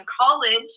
college